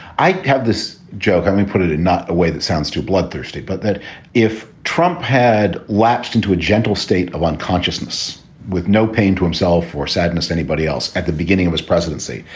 i have this joke. i mean, put it in not a way that sounds too bloodthirsty, but that if trump had latched into a gentle state of unconsciousness with no pain to himself or sadness anybody else at the beginning of his presidency.